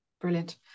brilliant